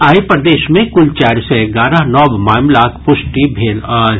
आइ प्रदेश मे कुल चारि सय एगारह नव मामिलाक पुष्टि भेल अछि